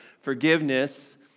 forgiveness